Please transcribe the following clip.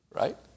Right